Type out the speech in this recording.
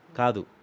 kadu